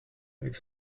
avec